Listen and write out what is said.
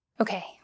Okay